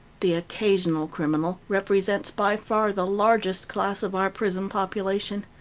the occasional criminal represents by far the largest class of our prison population,